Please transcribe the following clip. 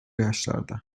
yaşlarda